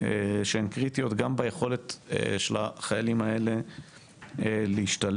שהן קריטיות גם ביכולת של החיילים האלה להשתלב.